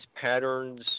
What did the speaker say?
patterns